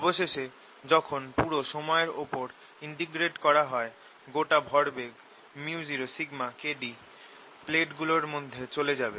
অবশেষে যখন পুরো সময়ের ওপর ইনটিগ্রেট করা হয় গোটা ভরবেগ µ0Kd প্লেটগুলোর মধ্যে চলে যাবে